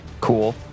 Cool